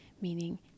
meaning